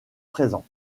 présent